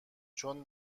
چون